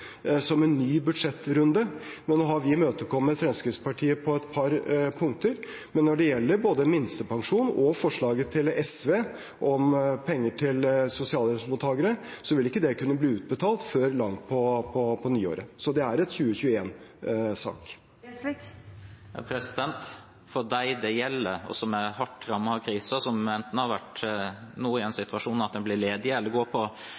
som en ny budsjettrunde. Nå har vi imøtekommet Fremskrittspartiet på et par punkter, men når det gjelder både minstepensjon og forslaget til SV om penger til sosialhjelpsmottakere, vil ikke det kunne bli utbetalt før langt ut på nyåret, så det er en 2021-sak. For dem det gjelder, som er hardt rammet av krisen, og som nå er i den situasjon at de enten blir ledig eller går på